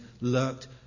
lurked